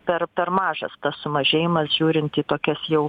per per mažas tas sumažėjimas žiūrint į tokias jau